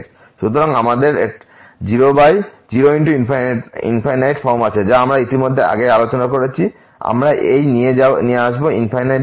সুতরাং আমাদের 0 ×∞ ফর্ম আছে যা আমরা ইতিমধ্যে আগেই আলোচনা করেছি আমরা এই নিয়ে আসব ∞∞ ফর্মটি